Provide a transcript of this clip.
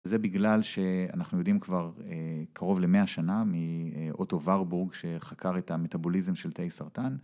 זה בגלל שאנחנו יודעים כבר קרוב למאה שנה מאוטו ורבורג שחקר את המטאבוליזם של תאי סרטן.